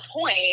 point